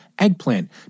eggplant